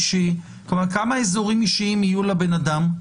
כלומר, כמה אזורים אישיים יהיו לבן אדם?